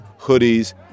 Hoodies